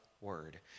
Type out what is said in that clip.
word